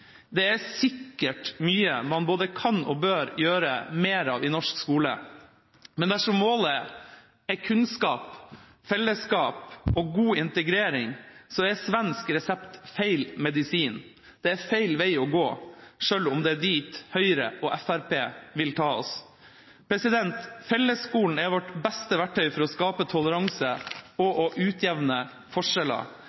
Det er sikkert mye man både kan og bør gjøre mer av i norsk skole. Men dersom målet er kunnskap, fellesskap og god integrering, er svensk resept feil medisin. Det er feil vei å gå, selv om det er dit Høyre og Fremskrittspartiet vil ta oss. Fellesskolen er vårt beste verktøy for å skape toleranse og